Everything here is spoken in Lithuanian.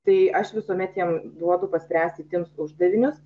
tai aš visuomet jiem duodu paspręsti tims uždavinius